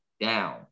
down